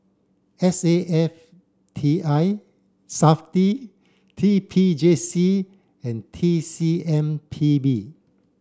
S A F T I SAFTI T P J C and T C M P B